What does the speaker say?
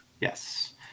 Yes